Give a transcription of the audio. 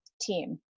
team